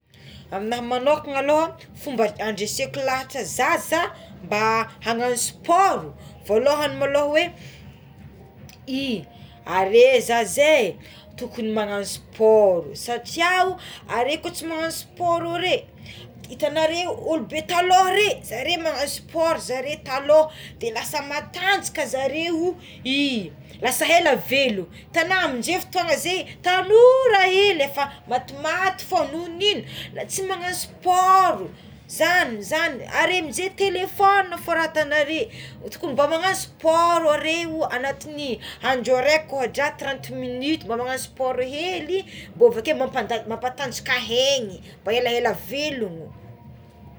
Amignahy manokana maloha fomba andreseko lahatra zaza mba anagno sport volohagny maloha é are zaza é tokony magnagno sport satria o are ko tsy managno sport are itanareo olo be taloha regny zare magnagno sport zare taloh de lasa mantanjaka ka zareo lasa ela velona hitana amizay fotona zay tanora hely efa matimaty fogna nohi n'ino tsy nagnagno sport zany zany are mijery telefonina fogna fa raha atagnaré tokony magnagno sport are anaty ny andro raika ko dra trenty minuite mba mana sport hely avekeo mamp- mampantanjaka hely mba elaela velogno.